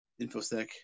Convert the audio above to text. infosec